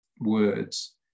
words